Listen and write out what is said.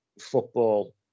football